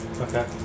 Okay